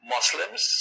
Muslims